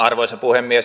arvoisa puhemies